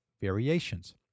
variations